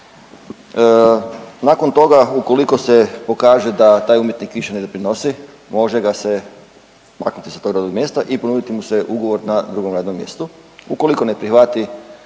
nakon toga ukoliko se pokaže da taj umjetnik više ne doprinosi može ga se maknuti sa tog radnog mjesta i ponuditi mu se ugovor na drugom radnom mjestu, ukoliko ne prihvati